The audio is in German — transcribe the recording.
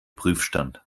prüfstand